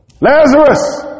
Lazarus